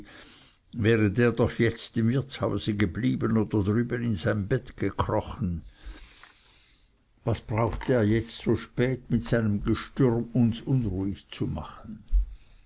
wäre der doch jetzt im wirtshause geblieben oder drüben in sein bett gekrochen was braucht der jetzt so spät mit seinem gestürm uns unruhig zu machen